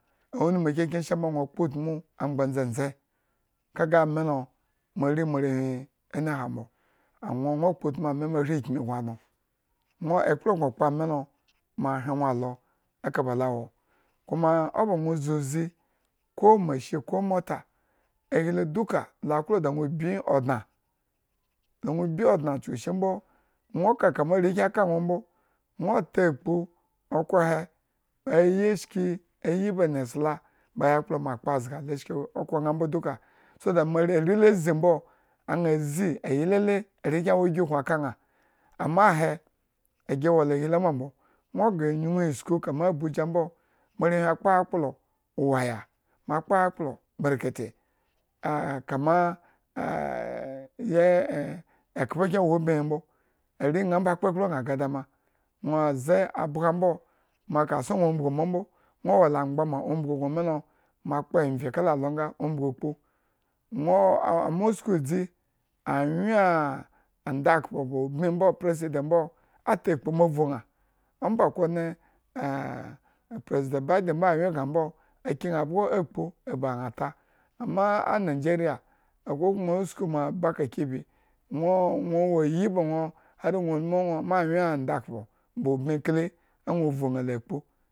Unmukikyen sha mbo no kpo utmu angban ndzendze kaga ami lo ma ri moarewhi anyhowmbo no kpo utmu lo ma shri ikmu bmo adno ekpla bmo okpo ami lo ma hre no walo ekabalo awo koma awoo ba no kama zii uzi ko amachine ko omotu ahila duka la aklo da no bi odna chukuishi mbo nwo ka kama arekyen aka nambo nwo ota atpu okhro he ayi shki ayi ba enesla ba moa ayakplo ba moa kpo azga lo shki okhroyan mbo dukua chuku da moare are la zi ambo ana zi anyin lele arekyen awo egikun aka na ama ahe gi wula ohi lo ma mbo moarewh akpo akplo waya ma kpo akplo berkece kama ah kama ah kama ekhpo kyen awo ubmihi mbo areyambo akpo ekpol bma kadama nwo az ze abga ambo moa ka sun n ia umbugu mbombao nwo wola angbama umbugu kpu nwo oo usku edzi anwyen ahh andakhpo ba ubmi ambo president ambo atakpu moa vu na omba kone president bage mbo anwyen bma ambo a kina abgo akpu ba na ata amma anigeria akokuma usku moa bakaki bi nwo nwo wo ayi ba nwo harfi ba nwo lulaanwyen andakhpo ba ubmi kli la nwo uvu na la akpu.